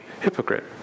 hypocrite